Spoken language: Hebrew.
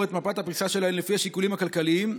את מפת הפריסה שלהן לפי השיקולים הכלכליים,